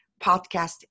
podcast